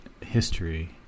History